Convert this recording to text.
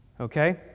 Okay